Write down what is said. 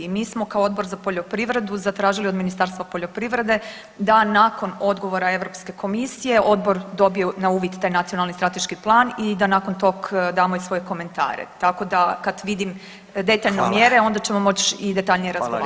Mi smo kao Odbor za poljoprivredu zatražili od Ministarstva poljoprivrede da nakon odgovora Europske komisije odbor dobije na uvid taj nacionalni strateški plan i da nakon tog damo i svoje komentare, tako da kad vidim detaljno mjere, onda ćemo moći i detaljnije razgovarati.